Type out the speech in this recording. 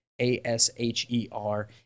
A-S-H-E-R